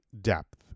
depth